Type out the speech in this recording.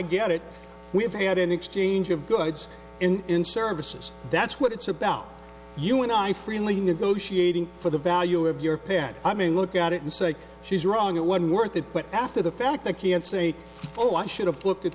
get it we've had an exchange of goods in services that's what it's about you and i freely negotiating for the value of your pin i mean look at it and say she's wrong a one worth it but after the fact they can't say oh i should have looked at